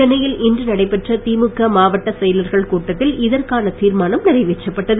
சென்னையில் இன்று நடைபெற்ற திமுக மாவட்ட செயலர்கள் கூட்டத்தில் இதற்கான தீர்மானம் நிறைவேற்றப் பட்டது